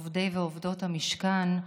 עובדי ועובדות המשכן,